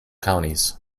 counties